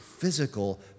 Physical